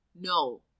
No